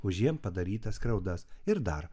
už jiem padarytas skriaudas ir dar